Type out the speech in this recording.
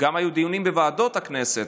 וגם היו דיונים בוועדות הכנסת,